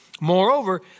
Moreover